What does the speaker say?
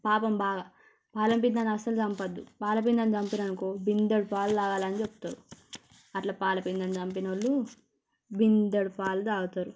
పాపం బాగా పాల బిందెని అసలు చంపొద్దు పాల బిందెను చంపినారు అనుకో బిందెడు పాలు తాగలని చెప్తారు అట్లా పాల బిందెను చంపినోళ్ళు బిందెడు పాలు తాగుతారు